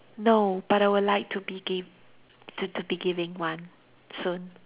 no but I would like to be give to to be giving one soon